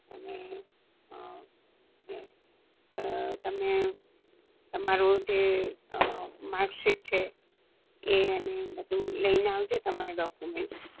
અને તમે તમારું જે માકશીટ છે એ અને બધું લઇને આવજો તમારા ડોક્યુમેન્ટ્સ